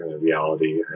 reality